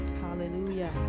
Hallelujah